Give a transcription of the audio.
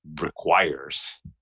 requires